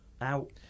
out